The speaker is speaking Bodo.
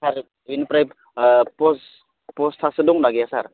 सार बिनिफ्राय पस्ट पस्टआसो दंना गैया सार